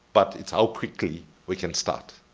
but it's how quickly we can start?